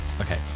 Okay